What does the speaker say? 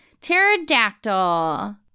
Pterodactyl